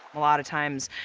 a lot of times,